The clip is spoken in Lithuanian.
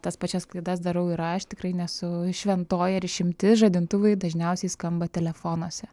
tas pačias klaidas darau ir aš tikrai nesu šventoji ar išimtis žadintuvai dažniausiai skamba telefonuose